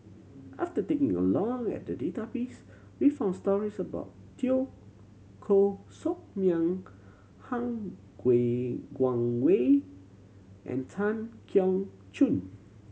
after taking a long at the database we found stories about Teo Koh Sock Miang Han Guangwei and Tan Keong Choon